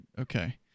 Okay